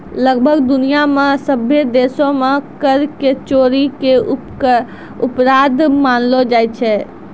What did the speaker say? लगभग दुनिया मे सभ्भे देशो मे कर के चोरी के अपराध मानलो जाय छै